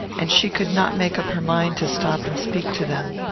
and she could not make up her mind to stop and speak to them.